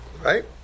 Right